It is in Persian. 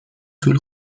طول